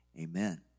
Amen